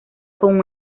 con